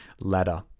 ladder